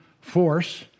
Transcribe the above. force